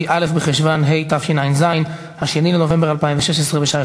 ומאחר שהם אינם מסתפקים ואדוני אמר שאם